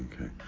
okay